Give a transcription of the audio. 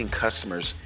customers